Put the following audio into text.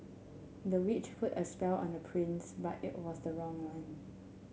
the witch put a spell on the prince but it was the wrong one